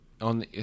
on